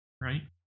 right